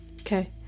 Okay